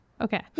Okay